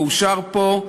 והוא אושר פה,